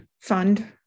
fund